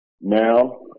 Now